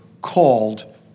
called